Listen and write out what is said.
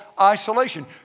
isolation